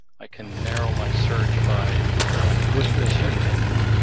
i can narrow my search by putting the ship name.